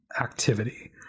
activity